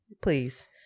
please